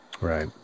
Right